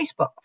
Facebook